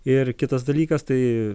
ir kitas dalykas tai